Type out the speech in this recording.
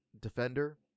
Defender